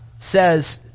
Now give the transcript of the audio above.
says